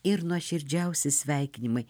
ir nuoširdžiausi sveikinimai